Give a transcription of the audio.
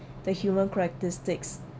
the human characteristics